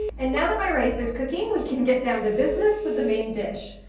and now that my rice is cooking, we can get down to business with the main dish.